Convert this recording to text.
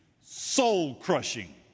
soul-crushing